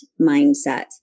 mindset